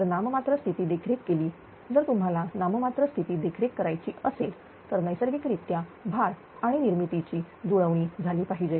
जर नाम मात्र स्थिती देखरेख केली जर तुम्हाला नाम मात्र स्थिती देखरेख करायची असेल तर नैसर्गिकरित्या भार आणि निर्मिती ची जुळवणी झाली पाहिजे